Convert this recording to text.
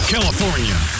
California